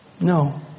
No